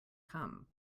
come